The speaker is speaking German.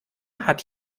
hat